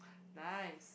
nice